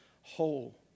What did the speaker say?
whole